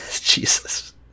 jesus